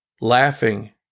Laughing